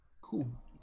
Cool